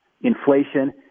inflation